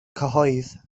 cyhoedd